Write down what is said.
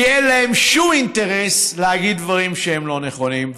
כי אין להם שום אינטרס להגיד דברים שהם לא נכונים.